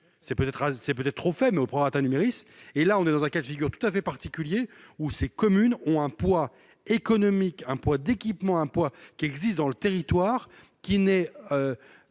assez peut-être trop fait, mais au prorata Numéris et là on est dans un cas de figure tout à fait particulier ou ces communes ont un poids économique un poids d'équipements, un poids qui existe dans le territoire qui n'est,